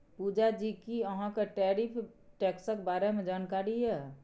पुजा जी कि अहाँ केँ टैरिफ टैक्सक बारे मे जानकारी यै?